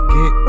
Get